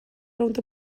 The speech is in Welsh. rownd